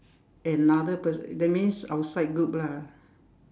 another pers~ that means outside group lah